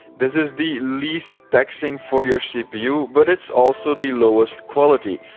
this is the least taxing for your cpu, but it's also the lowest quality.